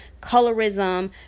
colorism